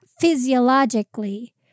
physiologically